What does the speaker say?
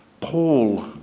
Paul